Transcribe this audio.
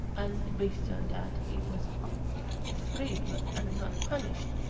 and based on that he was freed but and not punished.